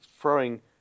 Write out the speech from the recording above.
throwing